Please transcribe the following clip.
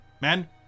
men